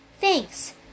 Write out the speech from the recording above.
Thanks